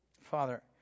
Father